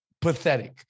pathetic